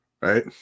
right